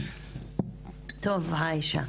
טוב, עאישה,